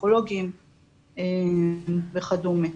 פסיכולוגיים וכדומה.